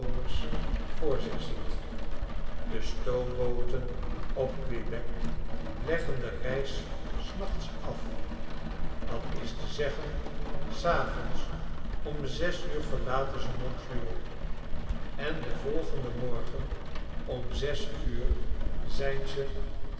voor zich ziet de stoombooten op quebec leggen de reis s nachts af dat is te zeggen s avonds om zes uur verlaten ze montreal en den volgenden morgen om zes uur zijn ze